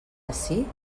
ací